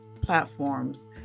platforms